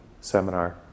seminar